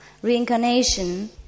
Reincarnation